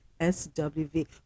SWV